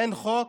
אין חוק,